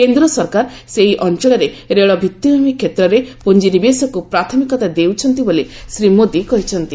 କେନ୍ଦ୍ର ସରକାର ସେହି ଅଞ୍ଚଳରେ ରେଳ ଭିତ୍ତିଭୂମି କ୍ଷେତ୍ରରେ ପୁଞ୍ଜିନିବେଶକୁ ପ୍ରାଥମିକତା ଦେଉଛନ୍ତି ବୋଲି ଶ୍ରୀ ମୋଦୀ କହିଛନ୍ତି